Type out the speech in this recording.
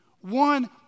one